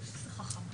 יד לאישה,